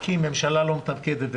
כי הממשלה לא מתפקדת.